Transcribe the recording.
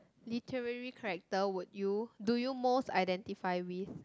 literary character would you do you most identify with